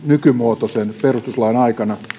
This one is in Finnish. nykymuotoisen perustuslain aikana ehkä